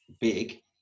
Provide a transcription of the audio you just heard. big